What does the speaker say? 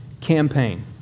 campaign